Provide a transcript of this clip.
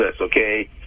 okay